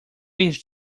age